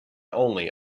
only